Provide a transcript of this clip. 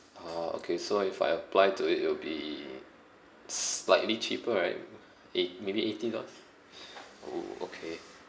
orh okay so if I apply to it it will be slightly cheaper right eigh~ maybe eighty dollars oh okay